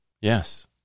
Yes